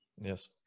Yes